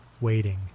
waiting